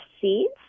seeds